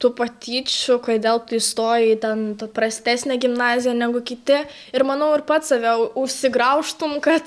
tų patyčių kodėl tu įstojai ten prastesnę gimnaziją negu kiti ir manau ir pats save užsigraužtum kad